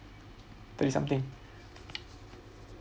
thirty something